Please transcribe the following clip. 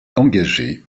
engagé